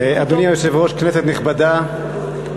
אדוני היושב-ראש, כנסת נכבדה,